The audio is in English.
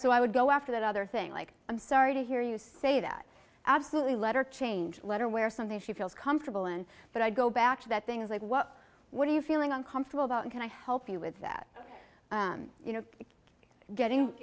so i would go after that other thing like i'm sorry to hear you say that absolutely letter change letter where something she feels comfortable in but i go back to that things like well what are you feeling uncomfortable about can i help you with that you know getting